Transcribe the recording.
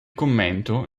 commento